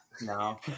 No